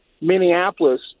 Minneapolis